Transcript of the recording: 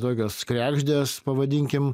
tokios kregždės pavadinkim